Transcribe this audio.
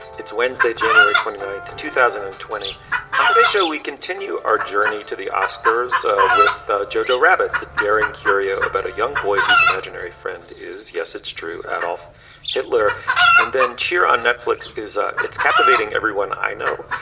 it's wednesday, january twenty nine, two thousand and twenty point on today's show, we continue our journey to the oscars with joe-joe rabbit. the daring curio about a young boy whose imaginary friend is. yes, it's true. at off hitler and then cheer on netflix is ah it's captivating everyone i know.